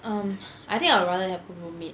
um I think I would rather have a roommate